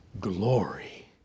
glory